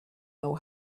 know